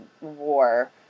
war